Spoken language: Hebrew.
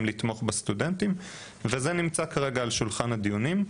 לתמוך בסטודנטים וזה נמצא כרגע על שולחן הדיונים.